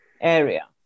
area